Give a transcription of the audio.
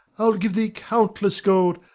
i'll give thee countless gold.